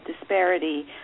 disparity